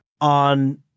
on